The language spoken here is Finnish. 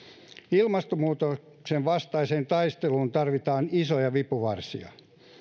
ilmastonmuutoksen vastaiseen taisteluun tarvitaan isoja vipuvarsia